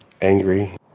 angry